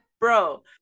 Bro